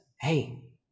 hey